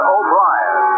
O'Brien